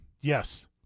Yes